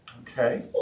Okay